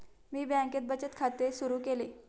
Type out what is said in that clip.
मी बँकेत बचत खाते सुरु केले